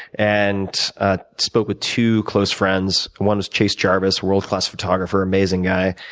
and spoke with two close friends. one is chase jarvis, world-class photographer, amazing guy,